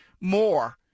more